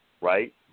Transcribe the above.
right